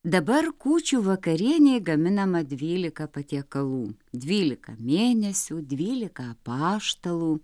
dabar kūčių vakarienei gaminama dvylika patiekalų dvylika mėnesių dvylika apaštalų